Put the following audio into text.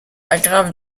aggrave